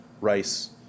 rice